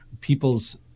people's